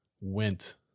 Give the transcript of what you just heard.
went